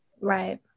Right